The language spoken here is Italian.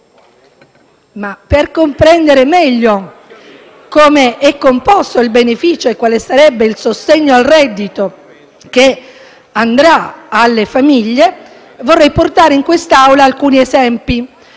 Per comprendere meglio come è composto il beneficio e quale sarebbe il sostegno al reddito per le famiglie, vorrei portare in Assemblea alcuni esempi.